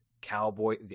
Cowboy